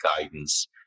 guidance